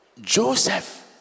Joseph